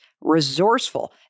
resourceful